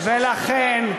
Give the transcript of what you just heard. ולכן,